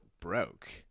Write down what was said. broke